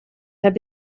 have